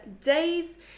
days